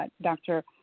Dr